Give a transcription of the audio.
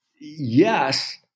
Yes